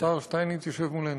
השר שטייניץ יושב מולנו.